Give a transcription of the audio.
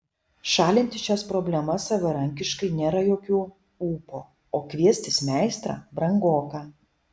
šalinti šias problemas savarankiškai nėra jokių ūpo o kviestis meistrą brangoka